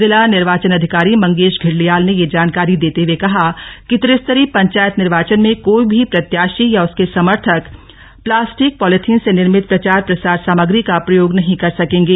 जिला निर्वाचन अधिकारी मंगेश धिल्डियाल ने यह जानकारी देते हए कहा कि त्रिस्तरीय पंचायत निर्वाचन में कोई भी प्रत्याशी या उसके समर्थक प्लास्टिक पॉलीथीन से निर्भित प्रचार प्रसार सामग्री का प्रयोग नहीं कर सकेंगे